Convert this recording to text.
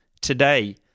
today